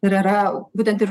ir yra būtent ir